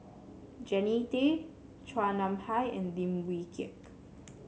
Jannie Tay Chua Nam Hai and Lim Wee Kiak